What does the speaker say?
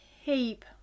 heap